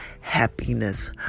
happiness